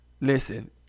listen